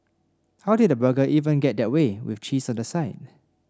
how did the burger even get that way with cheese on the side